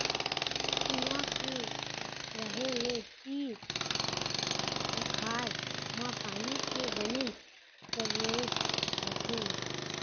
कुँआ के रहें ले तीर तखार म पानी के बने सरोत रहिथे